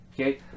Okay